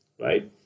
Right